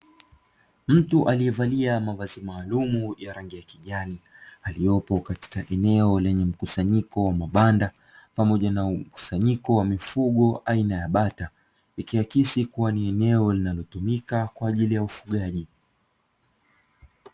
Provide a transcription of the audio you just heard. Mtu aliye valia mavazi maalumu ya rangi ya kijani, aliyopo katika eneo yenye mkusanyiko wa mabanda pamoja mkusanyiko wa mifugo aina ya bata, ikiakisi kuwa ni eneo linalotumika kwa ajili ya ufugaji.